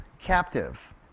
captive